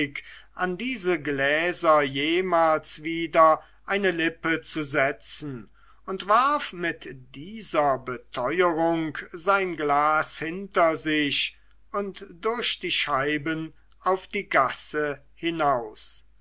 an diese gläser jemals wieder eine lippe zu setzen und warf mit dieser beteurung sein glas hinter sich und durch die scheiben auf die gasse hinaus